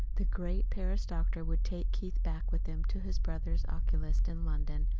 the great paris doctor would take keith back with him to his brother oculist in london.